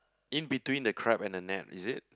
in between the crab and the net is it